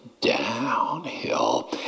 downhill